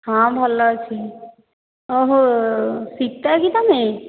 ହଁ ଭଲ ଅଛି ଓହୋ ସୀତା କି ତୁମେ